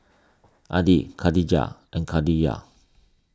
Adi Katijah and Khadija